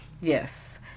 Yes